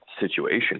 situation